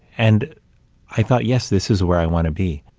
and i thought, yes, this is where i want to be.